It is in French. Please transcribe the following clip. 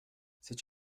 c’est